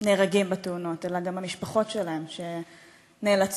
נהרגים בתאונות, אלא גם המשפחות שלהם, שנאלצות